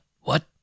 What